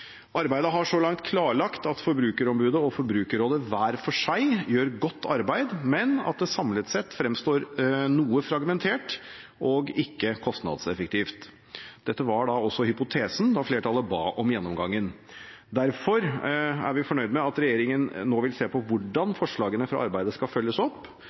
Arbeidet har så langt klarlagt at Forbrukerombudet og Forbrukerrådet hver for seg gjør godt arbeid, men at det samlet sett fremstår noe fragmentert og ikke kostnadseffektivt. Dette var også hypotesen da flertallet ba om gjennomgangen. Derfor er vi fornøyd med at regjeringen nå vil se på hvordan forslagene fra arbeidet skal følges opp.